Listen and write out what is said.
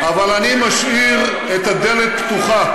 אבל אני משאיר את הדלת פתוחה,